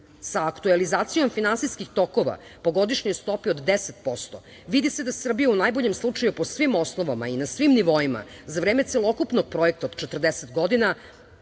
Sa aktuelizacijom finansijskih tokova po godišnjoj stopi od 10% vidi se da Srbija u najboljem slučaju po svim osnovama i na svim nivoima za vreme celokupnog projekta od 40 godina